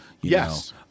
Yes